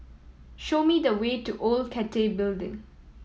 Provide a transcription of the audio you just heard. show me the way to Old Cathay Building